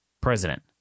president